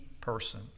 person